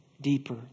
deeper